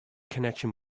connection